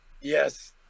Yes